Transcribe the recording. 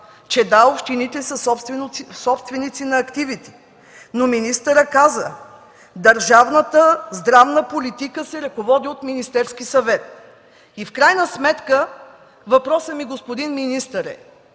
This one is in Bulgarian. че да, общините са собственици на активите, но министърът каза, че държавната здравна политика се ръководи от Министерския съвет. В крайна сметка въпросът ми, господин министър.